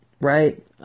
right